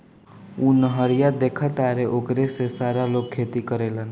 उ नहरिया देखऽ तारऽ ओकरे से सारा लोग खेती करेलेन